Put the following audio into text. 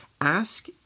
Ask